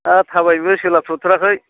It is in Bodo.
दा थाबायनोबो सोलाबथ'थ्राखै